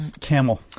Camel